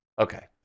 Okay